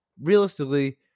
realistically